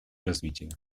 развития